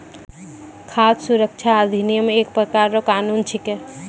खाद सुरक्षा अधिनियम एक प्रकार रो कानून छिकै